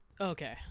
Okay